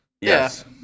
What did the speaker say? Yes